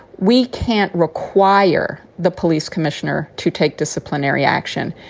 we can't require the police commissioner to take disciplinary action.